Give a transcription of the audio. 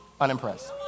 Unimpressed